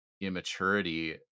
immaturity